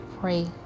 pray